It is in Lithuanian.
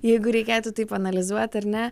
jeigu reikėtų taip analizuot ar ne